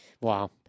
Wow